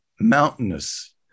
mountainous